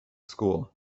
school